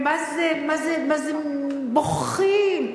הם מה-זה מה-זה מה-זה בוכים,